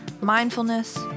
mindfulness